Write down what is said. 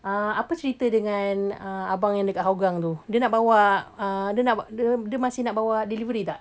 uh apa cerita dengan abang yang dekat hougang tu dia nak bawa uh dia nak dia dia masih nak bawa delivery tak